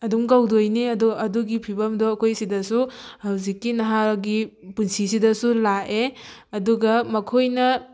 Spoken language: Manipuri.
ꯑꯗꯨꯝ ꯀꯧꯗꯣꯏꯅꯤ ꯑꯗꯨ ꯑꯗꯨꯒꯤ ꯐꯤꯕꯝꯗꯣ ꯑꯩꯈꯣꯏ ꯁꯤꯗꯁꯨ ꯍꯧꯖꯤꯛꯀꯤ ꯅꯍꯥꯒꯤ ꯄꯨꯟꯁꯤꯁꯤꯗꯁꯨ ꯂꯥꯛꯑꯦ ꯑꯗꯨꯒ ꯃꯈꯣꯏꯅ